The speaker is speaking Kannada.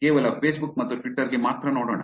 ಕೇವಲ ಫೇಸ್ ಬುಕ್ ಮತ್ತು ಟ್ವಿಟರ್ ಗೆ ಮಾತ್ರ ನೋಡೋಣ